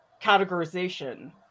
categorization